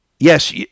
Yes